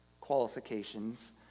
qualifications